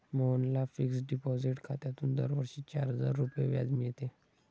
मोहनला fixed deposit खात्यातून दरवर्षी चार हजार रुपये व्याज मिळते